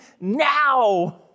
now